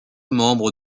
membres